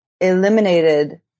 eliminated